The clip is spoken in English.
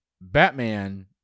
Batman